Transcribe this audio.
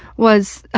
was,